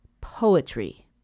poetry